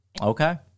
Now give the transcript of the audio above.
Okay